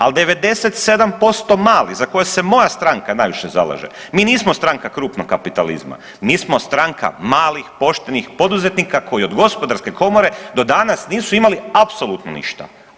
Ali 97% malih za koje se moja stranka najviše zalaže, mi nismo stranka krupnog kapitalizma, mi smo stranka malih, poštenih poduzetnika koji od gospodarske komore do danas nisu imali apsolutno ništa.